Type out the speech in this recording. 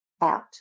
out